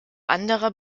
anderer